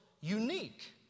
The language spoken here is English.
unique